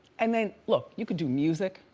and then, look, you could do music,